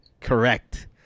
Correct